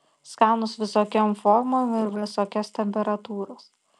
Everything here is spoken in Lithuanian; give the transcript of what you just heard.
skanūs visokiom formom ir visokios temperatūros